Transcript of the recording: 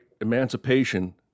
emancipation